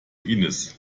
inis